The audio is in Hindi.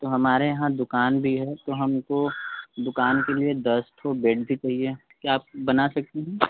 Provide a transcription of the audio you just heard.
तो हमारे यहाँ दुकान भी है तो हमको दुकान के लिए दस ठो बेड भी चाहिए क्या आप बना सकती हैं